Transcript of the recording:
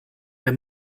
der